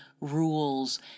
rules